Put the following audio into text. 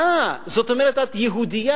אה, זאת אומרת, את יהודייה-ערבייה?